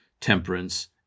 temperance